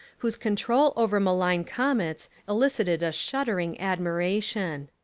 whose control over malign comets elicited a shudder ing admiration.